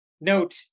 Note